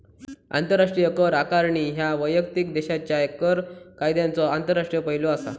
आंतरराष्ट्रीय कर आकारणी ह्या वैयक्तिक देशाच्यो कर कायद्यांचो आंतरराष्ट्रीय पैलू असा